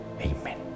Amen